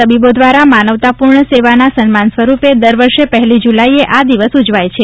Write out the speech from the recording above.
તબીબો દ્વારા માનવતાપૂર્ણ સેવાના સન્માન સ્વરૂપે દર વર્ષે પહેલી જુલાઇએ આ દિવસ ઉજવાય છે